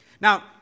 Now